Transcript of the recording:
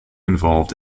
involved